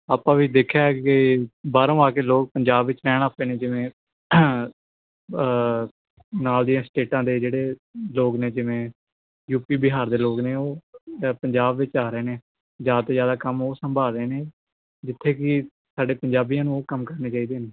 ਆਪਾਂ ਵੀ ਦੇਖਿਆ ਕਿ ਬਾਹਰੋਂ ਆ ਕੇ ਲੋਕ ਪੰਜਾਬ ਵਿੱਚ ਰਹਿਣ ਲੱਗ ਪਏ ਨੇ ਜਿਵੇਂ ਨਾਲ ਦੀਆਂ ਸਟੇਟਾਂ ਦੇ ਜਿਹੜੇ ਲੋਕ ਨੇ ਜਿਵੇਂ ਯੂ ਪੀ ਬਿਹਾਰ ਦੇ ਲੋਕ ਨੇ ਉਹ ਪੰਜਾਬ ਵਿੱਚ ਆ ਰਹੇ ਨੇ ਜ਼ਿਆਦਾ ਤੋਂ ਜ਼ਿਆਦਾ ਕੰਮ ਉਹ ਸੰਭਾਲ ਰਹੇ ਨੇ ਜਿੱਥੇ ਕਿ ਸਾਡੇ ਪੰਜਾਬੀਆਂ ਨੂੰ ਓਹ ਕੰਮ ਕਰਨੇ ਚਾਹੀਦੇ ਨੇ